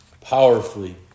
powerfully